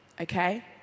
okay